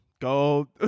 Go